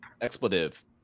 expletive